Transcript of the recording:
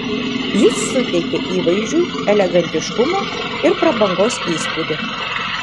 jis suteikia įvaizdžiui elegantiškumo ir prabangos įspūdį